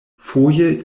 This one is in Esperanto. foje